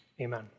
Amen